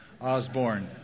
Osborne